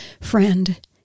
Friend